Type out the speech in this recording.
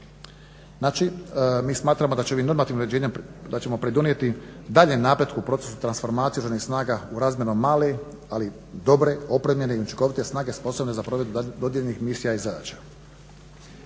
normativnim uređenjem pridonijeti daljnjem napretku, procesu transformacije Oružanih snaga u … male ali dobre, opremljene i učinkovite snage sposobne za provedbu dodijeljenih misija i zadaća.